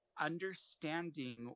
understanding